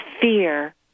fear